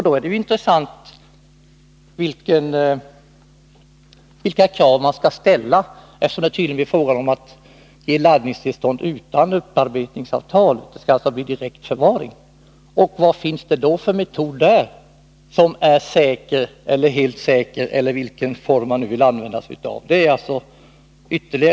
Då är det intressant att veta vilka krav man skall ställa, eftersom det tydligen blir fråga om att ge laddningstillstånd utan upparbetningsavtal. Det skall alltså bli direkt förvaring. Vad finns det då för metod som är säker, eller helt säker — eller vilken form man nu vill använda?